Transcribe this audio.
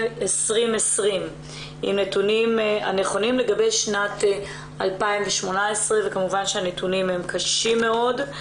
2020 לגבי שנת 2018. כמובן שהנתונים הם קשים מאוד.